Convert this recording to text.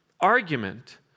argument